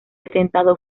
atentado